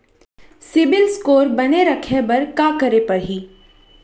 CIBIL score बने रखे बर का करे पड़ही?